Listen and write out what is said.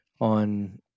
on